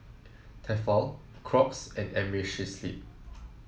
Tefal Crocs and Amerisleep